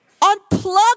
Unplug